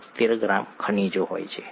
72 gram ખનિજો હોય છે